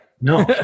No